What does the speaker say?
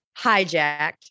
Hijacked